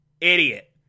idiot